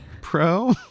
Pro